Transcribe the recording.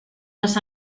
los